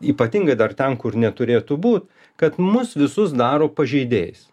ypatingai dar ten kur neturėtų būt kad mus visus daro pažeidėjais